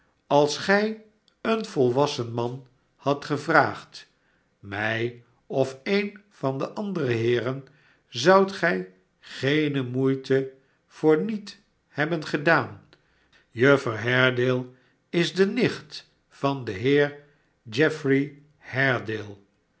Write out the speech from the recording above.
tals gij een volwassen man hadt gevraagd mij of een van de andere heeren zoudt gij geene moeite voor niet hebben gedaan juffer haredale is de nicht van den heer geoffrey haredale